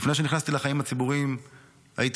לפני שנכנסתי לחיים הציבוריים הייתי